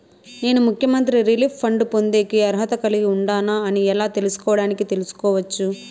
నేను ముఖ్యమంత్రి relief fund పొందేకి అర్హత కలిగి ఉండానా అని ఎలా తెలుసుకోవడానికి తెలుసుకోవచ్చు